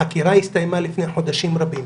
החקירה הסתיימה לפני חודשים רבים.